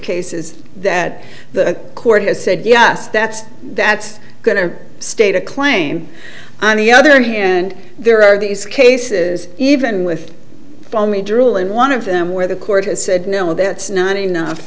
cases that the court has said yes that's that's going to state a claim on the other hand there are these cases even with me drool in one of them where the court has said no that's not enough